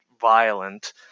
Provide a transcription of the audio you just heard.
violent